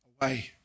away